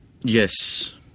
Yes